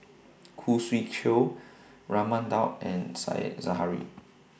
Khoo Swee Chiow Raman Daud and Said Zahari